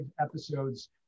episodes